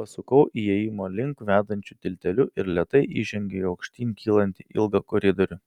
pasukau įėjimo link vedančiu tilteliu ir lėtai įžengiau į aukštyn kylantį ilgą koridorių